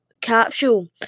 capsule